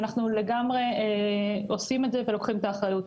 ואנחנו לגמרי עושים את זה ולוקחים את האחריות.